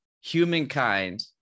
humankind